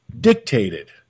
dictated